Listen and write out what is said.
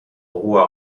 roues